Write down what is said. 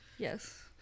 yes